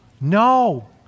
no